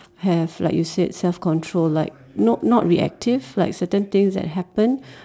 have like you said self control like not not reactive like certain things that happen